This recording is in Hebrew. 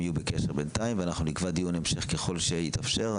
אנחנו נקבע דיון המשך ככל שיתאפשר.